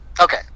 Okay